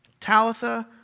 Talitha